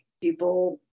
people